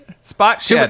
Spot